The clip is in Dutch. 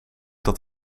dat